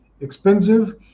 expensive